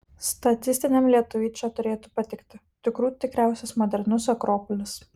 statistiniam lietuviui čia turėtų patikti tikrų tikriausias modernus akropolis